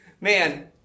Man